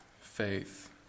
Faith